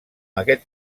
aquest